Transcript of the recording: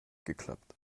geklappt